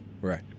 right